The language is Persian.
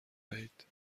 وحید